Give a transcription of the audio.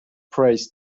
prays